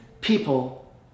people